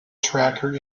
tracker